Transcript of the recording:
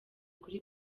kuri